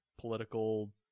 political